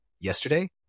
yesterday